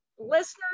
listeners